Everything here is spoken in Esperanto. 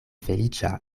feliĉa